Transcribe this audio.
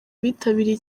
bitabiriye